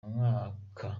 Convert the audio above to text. umwaka